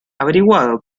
averiguado